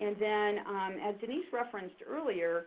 and then as denise referenced earlier,